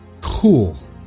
cool